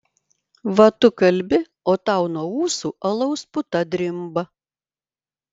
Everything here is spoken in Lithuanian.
va tu kalbi o tau nuo ūsų alaus puta drimba